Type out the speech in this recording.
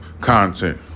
content